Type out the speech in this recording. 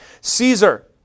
Caesar